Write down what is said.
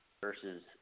versus